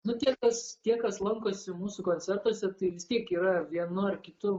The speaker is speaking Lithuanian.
nu tie kas tie kas lankosi mūsų koncertuose tai vis tiek yra vienu ar kitu